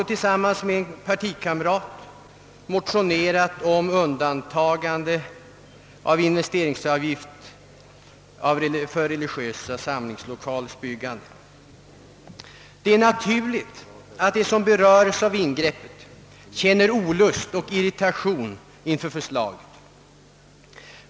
Tillsammans med en partikamrat har jag motionerat om undantagande från investeringsavgift av religiösa samlingslokalers byggande. Det är naturligt att de som berörs av ingreppet känner olust och irritation inför finansministerns förslag.